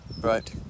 right